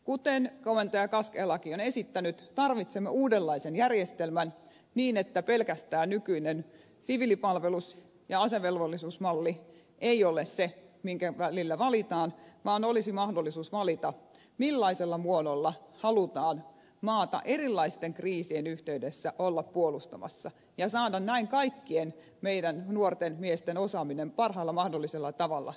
kuten komentaja kaskealakin on esittänyt tarvitsemme uudenlaisen järjestelmän niin että pelkästään nykyinen siviilipalvelus ja asevelvollisuusmalli eivät ole ne joiden välillä valitaan vaan olisi mahdollisuus valita millaisella muodolla halutaan maata erilaisten kriisien yhteydessä olla puolustamassa ja saada näin kaikkien meidän nuorten miesten osaaminen parhaalla mahdollisella tavalla hyödynnettäväksi ja käyttöön